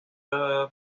liderada